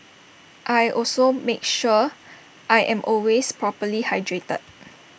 I also make sure I am always properly hydrated